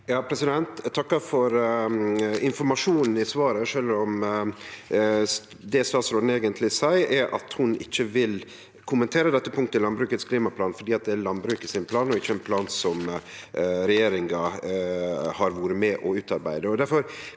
Eg takkar for in- formasjonen i svaret, sjølv om det statsråden eigentleg seier, er at ho ikkje vil kommentere dette punktet i Landbrukets klimaplan fordi det er landbruket sin plan, ikkje ein plan som regjeringa har vore med på å utarbeide.